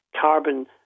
carbon